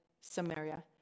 samaria